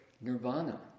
Nirvana